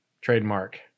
trademark